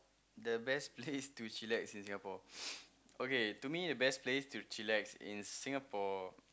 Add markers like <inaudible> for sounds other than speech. the best place <laughs> to chillax in Singapore <noise> okay to me the best place to chillax in Singapore